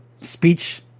speech